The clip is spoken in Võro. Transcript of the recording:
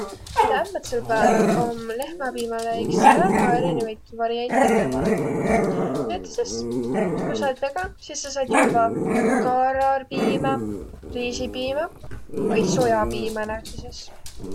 Täämbädsel pääväl om lehmäpiimäle iks väega erinevit variante kõrvalõ tulnuq. Näütüses ku sa olõt vegan, sis sa saat juvvaq kaarapiimä, riisipiimä vai sojapiimä näütüses.